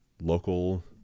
local –